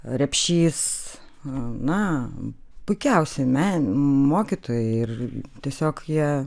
repšys na puikiausi meno mokytojai ir tiesiog jie